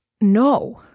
no